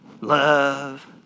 love